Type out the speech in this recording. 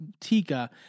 Tika